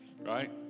right